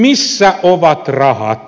missä ovat rahat